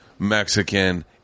Mexican